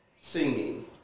singing